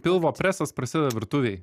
pilvo presas prasideda virtuvėj